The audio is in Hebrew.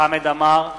חמד עמאר,